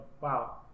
wow